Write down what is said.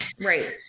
Right